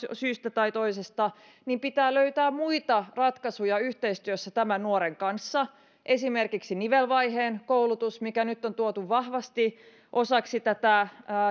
syystä tai toisesta niin pitää löytää muita ratkaisuja yhteistyössä tämän nuoren kanssa esimerkiksi nivelvaiheen koulutus mikä nyt on tuotu vahvasti osaksi tätä